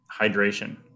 hydration